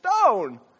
stone